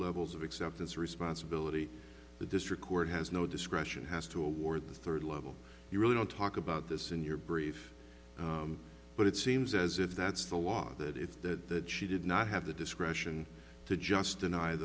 levels of acceptance responsibility the district court has no discretion has to award the third level you really don't talk about this in your brief but it seems as if that's the law that if that she did not have the discretion to just den